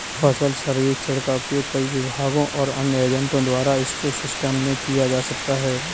फसल सर्वेक्षण का उपयोग कई विभागों और अन्य एजेंटों द्वारा इको सिस्टम में किया जा सकता है